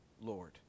Lord